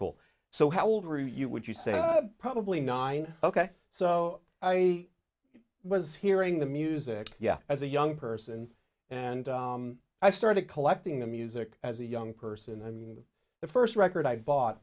cool so how old were you would you say probably nine ok so i was hearing the music as a young person and i started collecting the music as a young person i mean the first record i bought